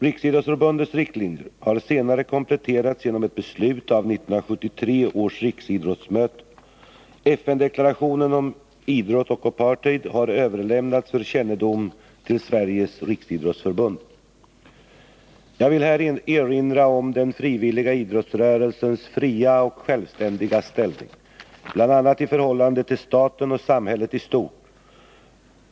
Riksidrottsförbundets riktlinjer har senare kompletterats genom ett beslut av 1973 års riksidrottsmöte. FN-deklarationen om idrott och apartheid har överlämnats för kännedom till Sveriges Riksidrottsförbund. Jag vill här erinra om den frivilliga idrottsrörelsens fria och självständiga ställning, bl.a. i förhållandet till staten och samhället i stort.